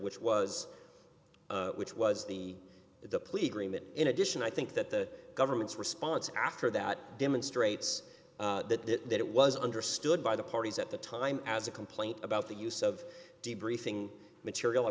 which was which was the the police remit in addition i think that the government's response after that demonstrates that it was understood by the parties at the time as a complaint about the use of debriefing material i